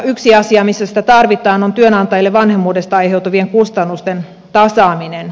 yksi asia missä sitä tarvitaan on työnantajille vanhemmuudesta aiheutuvien kustannusten tasaaminen